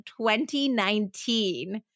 2019